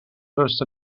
first